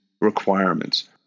requirements